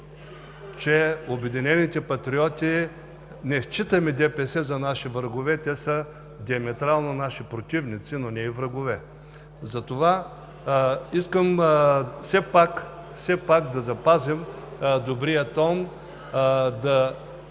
че „Обединените патриоти“ не считаме ДПС за наши врагове, а те са диаметрално наши противници, но не и врагове. Затова искам все пак да запазим добрия тон, да